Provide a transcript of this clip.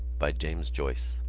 by james joyce